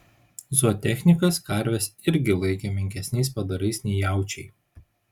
zootechnikas karves irgi laikė menkesniais padarais nei jaučiai